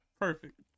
Perfect